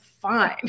fine